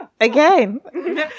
Again